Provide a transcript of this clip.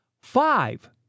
five